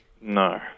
No